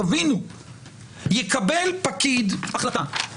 יקבל פקיד החלטה.